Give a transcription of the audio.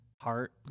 heart